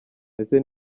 ese